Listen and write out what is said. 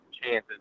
chances